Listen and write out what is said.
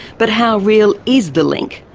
but how real is the link?